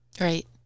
Right